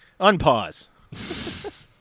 Unpause